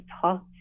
talk